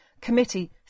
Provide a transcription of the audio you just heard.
Committee